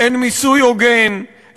אין מיסוי הוגן,